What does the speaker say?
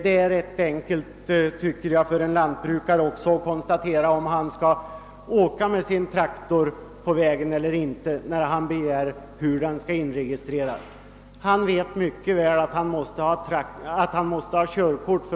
Det är enkelt för en lantbrukare att bestämma om han skall åka med sin traktor på landsvägen eller inte när han begär inregistrering av den.